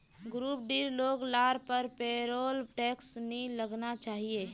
group डीर लोग लार पर पेरोल टैक्स नी लगना चाहि